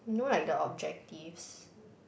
you know like the objectives